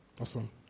Awesome